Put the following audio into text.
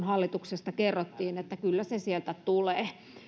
hallituksesta kerrottiin että kyllä se sieltä tulee